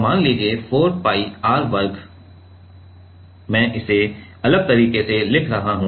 मान लीजिए 4 pi r वर्ग × मैं इसे अलग तरीके से लिख रहा हूँ